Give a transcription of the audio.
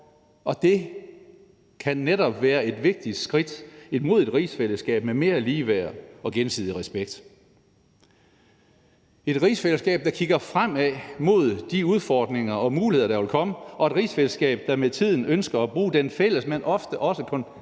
og det kan netop været et vigtigt skridt imod et rigsfællesskab med mere ligeværd og gensidig respekt – et rigsfællesskab, der kigger fremad mod de udfordringer og muligheder, der vil komme, og et rigsfællesskab, der med tiden ønsker at bruge den fælles, men ofte også